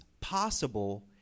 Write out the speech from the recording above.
possible